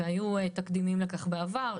והיו תקדימים לכך בעבר,